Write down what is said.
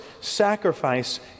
sacrifice